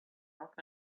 off